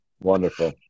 Wonderful